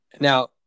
Now